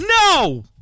No